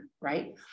right